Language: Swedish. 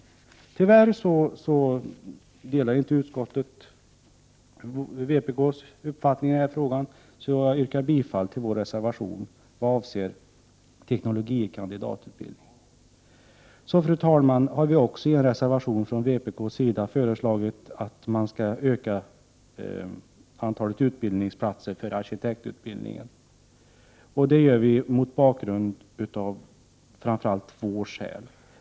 Tyvärr delar utskottet inte vpk:s uppfattning i denna fråga, och jag yrkar därför bifall till vår reservation nr 7 till utbildningsutskottets betänkande nr 30 avseende teknologie kandidat-utbildning. Fru talman! Vpk har också i reservation nr 3 till utbildningsutskottets betänkande nr 19 föreslagit en ökning av antalet utbildningsplatser i arkitektutbildningen. Det har vi gjort av framför allt två skäl.